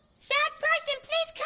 sad person please come